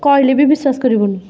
କହିଲେ ବି ବିଶ୍ୱାସ କରିବୁନି